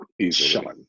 easily